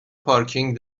پارکینگ